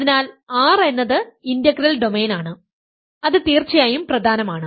അതിനാൽ R എന്നത് integral domain ആണ് അത് തീർച്ചയായും പ്രധാനമാണ്